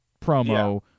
promo